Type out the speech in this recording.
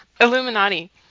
Illuminati